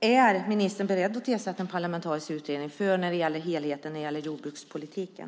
Är ministern beredd att tillsätta en parlamentarisk utredning för att se på helheten inom jordbrukspolitiken?